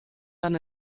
dann